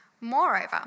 Moreover